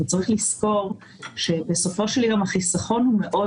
הוא צריך לזכור שבסופו של יום החיסכון הוא מאוד